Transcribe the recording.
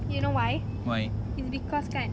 you know why it's because kan